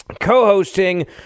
co-hosting